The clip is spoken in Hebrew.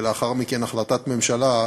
ולאחר מכן החלטת ממשלה,